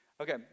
okay